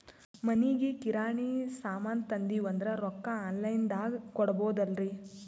ಮನಿಗಿ ಕಿರಾಣಿ ಸಾಮಾನ ತಂದಿವಂದ್ರ ರೊಕ್ಕ ಆನ್ ಲೈನ್ ದಾಗ ಕೊಡ್ಬೋದಲ್ರಿ?